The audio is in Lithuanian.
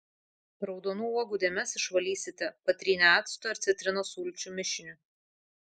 raudonų uogų dėmes išvalysite patrynę acto ir citrinos sulčių mišiniu